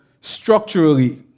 structurally